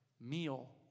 meal